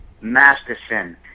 Masterson